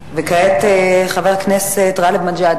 תודה לחבר הכנסת טלב אלסאנע.